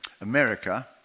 America